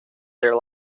their